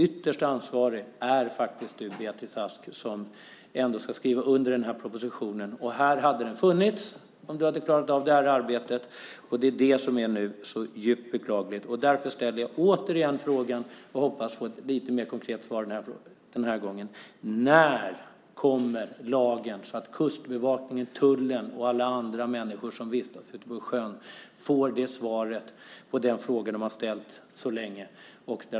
Ytterst ansvarig är faktiskt du, Beatrice Ask, som ska skriva under propositionen. Den hade funnits här om du hade klarat av arbetet. Det är det som är så djupt beklagligt. Därför ställer jag återigen frågan och hoppas på ett lite mer konkret svar denna gång: När kommer lagen? Kustbevakningen, tullen och andra som vistas ute på sjön vill få svar på den fråga de har ställt så länge.